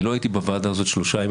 אני לא הייתי בוועדה הזאת שלושה ימים,